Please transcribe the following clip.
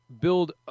build